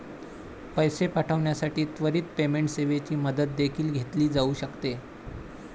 पैसे पाठविण्यासाठी त्वरित पेमेंट सेवेची मदत देखील घेतली जाऊ शकते